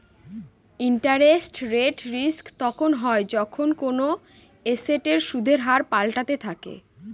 interest rate risk তখন হয় যখন কোনো এসেটের সুদের হার পাল্টাতে থাকে